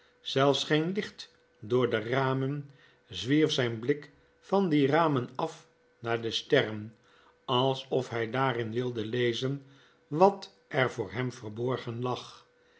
zelfs geen licht door de ramen zwierf zjjn blik van die ramen af naar de sterren alsof hij daarin wilde lezen wat er voor hem verborgen lag